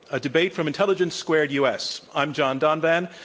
a debate from intelligence squared u. s. i'm john donvan,